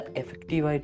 effective